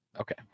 okay